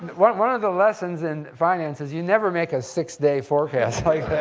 one one of the lessons in finance is you never make a six-day forecast like